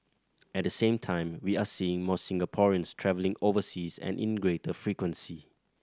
at the same time we are seeing more Singaporeans travelling overseas and in greater frequency